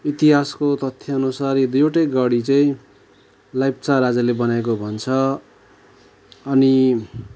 इतिहासको तथ्य अनुसार यो दुईवटै गढी चाहिँ लेप्चा राजाले बनाएको भन्छ अनि